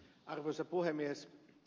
arvoisa puhemies